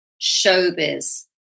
showbiz